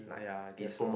ya I guess so